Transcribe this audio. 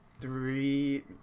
three